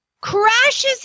Crashes